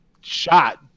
shot